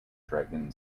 dragon